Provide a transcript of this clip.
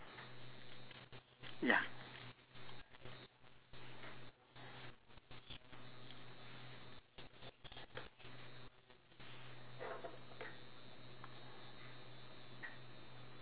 ya